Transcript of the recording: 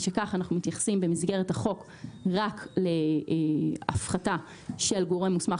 משכך אנחנו מתייחסים במסגרת החוק רק להפחתה של גורם מוסמך